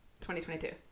2022